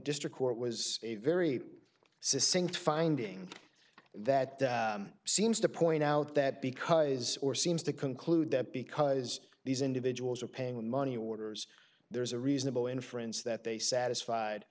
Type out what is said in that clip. district court was a very sync finding that seems to point out that because or seems to conclude that because these individuals are paying money orders there's a reasonable inference that they satisfied